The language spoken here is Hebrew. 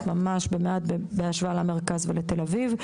ממש במעט בהשוואה למרכז ולתל אביב.